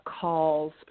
calls